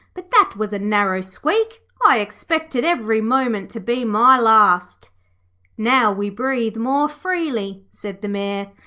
but that was a narrow squeak. i expected every moment to be my last now we breathe more freely said the mayor,